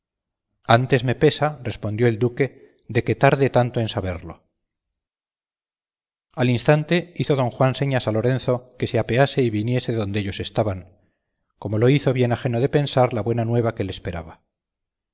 antes me pesa respondió el duque de que tarde tanto en saberlo al instante hizo don juan de señas a lorenzo que se apease y viniese donde ellos estaban como lo hizo bien ajeno de pensar la buena nueva que le esperaba